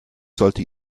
sollte